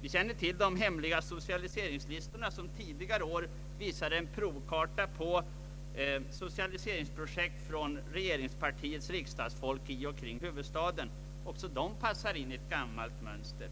Vi känner till de hemliga socialiseringslistorna som tidigare i år visade en provkarta på socialiseringsprojekt från regeringspartiets riksdagsfolk i och kring huvudstaden. Också dessa projekt passar in i ett gammalt mönster.